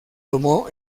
tomó